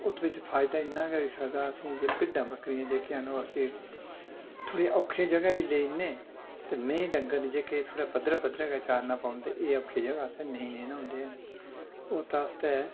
उत्त बिच्च फायदा इन्ना गै होई सकदा असें गी जे भिड्डां बक्करियां जेह्कियां न ओह् असें गी थोह्ड़ियां औखियें ज'गें बी लेई जन्नें ते मैहीं डंगर न जेह्के एह् थोह्ड़े पद्धरै पद्धरै गै चारना पौंदे एह् औखियां ज'गा असें नेईं लेना होंदे हैन उत्त आस्तै